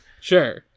Sure